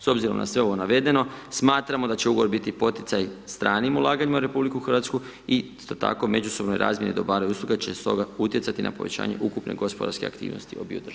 S obzirom na sve ovo navedeno, smatramo da će Ugovor biti poticaj stranim ulaganjima u RH i isto tako međusobnoj razmjeni dobara i usluga će stoga utjecati na povećanje ukupne gospodarske aktivnosti obiju država.